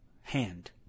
hand